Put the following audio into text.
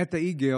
נטע אייגר,